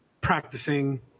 practicing